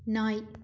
நாய்